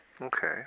Okay